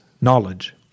knowledge